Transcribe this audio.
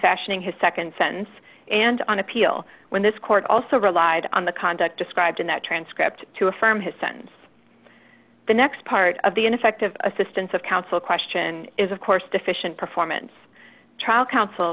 fashioning his nd sentence and on appeal when this court also relied on the conduct described in that transcript to affirm his son's the next part of the ineffective assistance of counsel question is of course deficient performance trial counsel